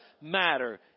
matter